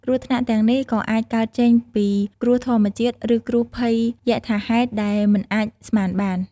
គ្រោះថ្នាក់ទាំងនេះក៏អាចកើតចេញពីគ្រោះធម្មជាតិ ឬគ្រោះភ័យយថាហេតុដែលមិនអាចស្មានបាន។